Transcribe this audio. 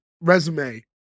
resume